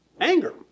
anger